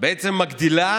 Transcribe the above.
בעצם מגדילה